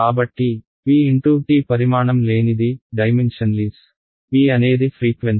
కాబట్టి p × t పరిమాణం లేనిది p అనేది ఫ్రీక్వెన్సీ